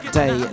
day